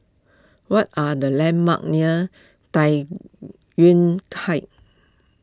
what are the landmarks near Tai Yuan Heights